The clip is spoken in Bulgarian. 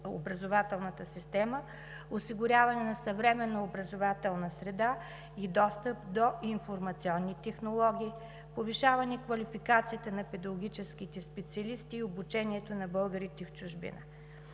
образователната система, осигуряване на съвременна образователна среда и достъп до информационни технологии, повишаване квалификацията на педагогическите специалисти и обучението на българите в чужбина.